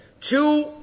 Two